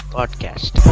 Podcast